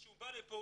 כשהוא בא לפה,